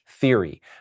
theory